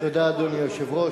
אדוני היושב-ראש,